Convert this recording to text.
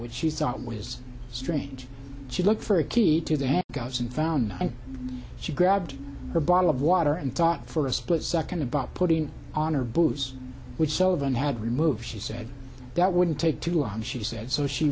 which she thought was strange she looked for a key to their gods and found and she grabbed a bottle of water and talked for a split second about putting on her booze which sovan had removed she said that wouldn't take too long she said so she